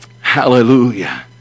Hallelujah